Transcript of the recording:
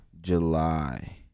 July